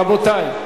רבותי,